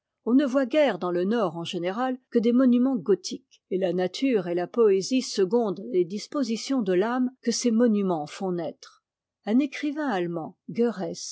on ne voit guère dans le nord en général que des monuments gothiques et la nature et la poésie secondent les dispositions de l'âme que ces monuments font naître un écrivain allemand